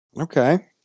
Okay